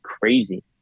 crazy